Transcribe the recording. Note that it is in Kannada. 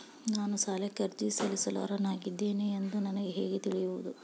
ನಾನು ಸಾಲಕ್ಕೆ ಅರ್ಜಿ ಸಲ್ಲಿಸಲು ಅರ್ಹನಾಗಿದ್ದೇನೆ ಎಂದು ನನಗೆ ಹೇಗೆ ತಿಳಿಯುವುದು?